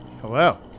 Hello